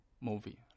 movie